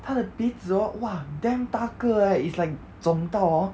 他的鼻子 hor !wah! damn 大个 leh it's like 肿到 hor